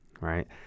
right